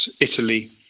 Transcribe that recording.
italy